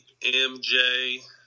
MJ